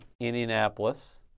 Indianapolis